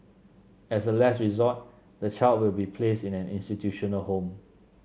as a last resort the child will be placed in an institutional home